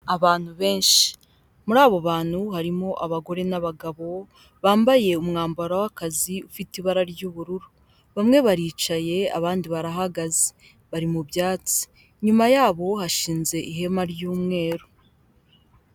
Abantu benshi muri abo bantu harimo abagore n'abagabo bambaye umwambaro w'akazi ufite ibara ry'ubururu, bamwe baricaye abandi barahagaze bari mu byatsi, nyuma yabo hashinze ihema ry'umweru.